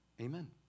Amen